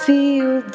Feel